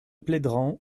plédran